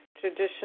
Tradition